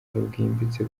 bwimbitse